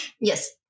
Yes